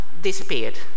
disappeared